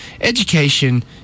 Education